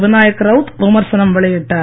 விநாயக் ரவுத் விமர்சனம் வெளியிட்டார்